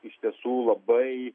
iš tiesų labai